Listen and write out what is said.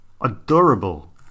adorable